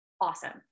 awesome